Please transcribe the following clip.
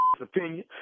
opinion